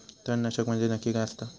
तणनाशक म्हंजे नक्की काय असता?